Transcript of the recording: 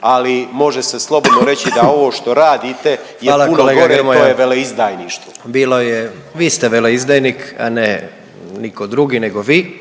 ali može se slobodno reći da ovo što radite je puno gore, to je veleizdajništvo. **Jandroković, Gordan (HDZ)** Hvala kolega. Vi ste veleizdajnik, a ne nitko drugi nego vi